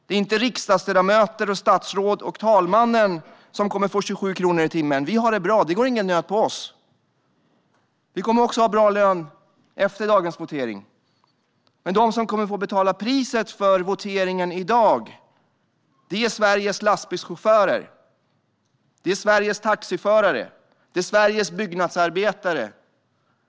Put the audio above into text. Det är inte riksdagsledamöter, statsråd och talmannen som kommer att få 27 kronor i timmen. Vi har det bra. Det går ingen nöd på oss. Vi kommer att ha bra löner även efter dagens votering. De som kommer att få betala priset för voteringen i dag är i stället Sveriges lastbilschaufförer, taxiförare och byggnadsarbetare.